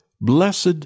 Blessed